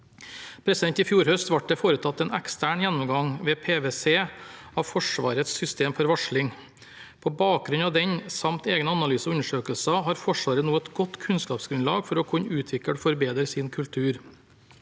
I fjor høst ble det foretatt en ekstern gjennomgang ved PwC av Forsvarets system for varsling. På bakgrunn av den samt egne analyser og undersøkelser har Forsvaret nå et godt kunnskapsgrunnlag for å kunne utvikle og forbedre sin kultur.